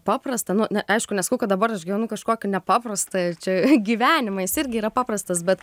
paprastą nu ne aišku nesakau kad dabar aš gyvenu kažkokį nepaprastą čia gyvenimą jis irgi yra paprastas bet